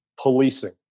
policing